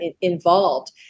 involved